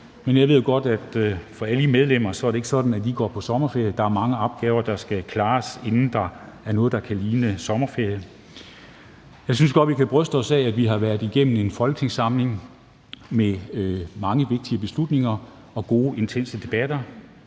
men jeg ved jo godt, at for alle jer medlemmer betyder det ikke, at I går på sommerferie. Der er mange opgaver, der skal klares, inden der er noget, der kan ligne sommerferie. Jeg synes godt, at vi kan bryste os af, at vi har været igennem en folketingssamling med mange vigtige beslutninger og gode intense debatter.